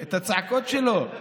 הצעקות של היושב-ראש.